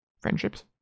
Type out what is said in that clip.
friendships